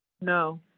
No